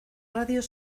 radios